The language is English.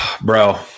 bro